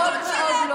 מאוד מאוד לא